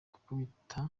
gukubita